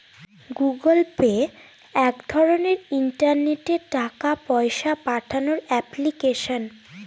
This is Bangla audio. গুগল পে এক রকমের ইন্টারনেটে টাকা পয়সা পাঠানোর এপ্লিকেশন